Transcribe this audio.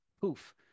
poof